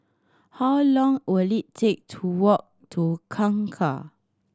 how long will it take to walk to Kangkar